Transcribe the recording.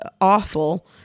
awful